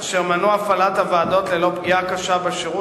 אשר מנעו הפעלת הוועדות ללא פגיעה קשה בשירות